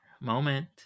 moment